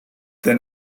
then